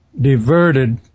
diverted